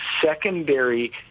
secondary